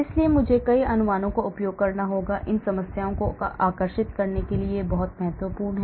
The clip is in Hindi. इसलिए मुझे कई अनुमानों का उपयोग करना होगा इन समस्याओं को आकर्षित करने के लिए यह बहुत महत्वपूर्ण है